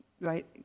right